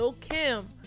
Kim